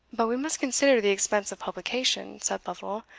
but we must consider the expense of publication, said lovel,